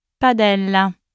Padella